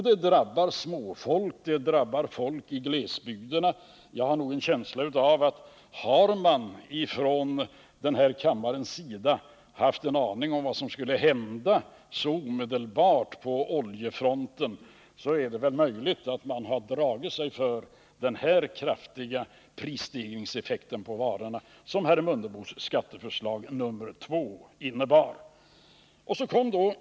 Det drabbar småfolk. Det drabbar folk i glesbygderna. Om man från den här kammarens sida hade haft en aning om vad som skulle hända så omedelbart på oljefronten, så har jag en känsla av att man skulle ha dragit sig för den här kraftiga prisstegringseffekten på varorna, som herr Mundebos skatteförslag nr 2 ändå innebar.